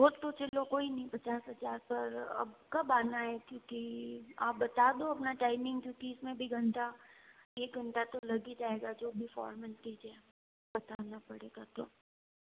वो तो चलो कोई नहीं पचास हज़ार सर अब कब आना है क्योंकि आप बता दो अपना टाइमिंग क्योंकि इस में भी घंटा एक घंटा तो लग ही जाएगा जो भी फॉर्मेलटीज़ है बताना पड़ेगा तो